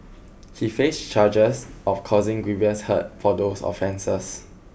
he faced charges of causing grievous hurt for these offences